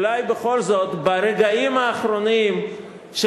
אולי בכל זאת ברגעים האחרונים של